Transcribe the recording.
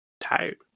Tired